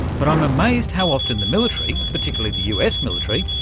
but i'm amazed how often the military, particularly the us military,